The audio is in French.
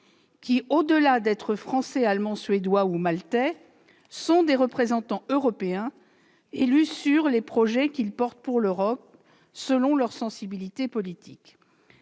qui, au-delà d'être français, allemands, suédois ou maltais, sont des représentants européens, élus sur les projets qu'ils portent pour l'Europe, selon leur sensibilité politique.